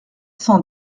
cent